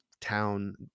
town